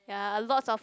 ya lots of